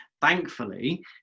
Thankfully